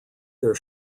their